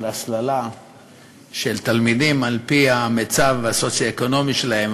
הסללה של תלמידים על-פי המצב הסוציו-אקונומי שלהם,